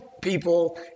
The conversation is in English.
people